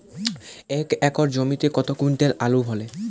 এক একর জমিতে কত কুইন্টাল আলু ফলে?